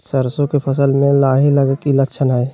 सरसों के फसल में लाही लगे कि लक्षण हय?